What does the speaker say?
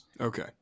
Okay